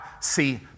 see